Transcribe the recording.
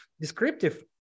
descriptive